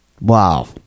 Wow